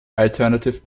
alternative